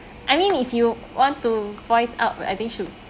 I mean if you want to voice out I think should